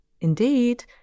Indeed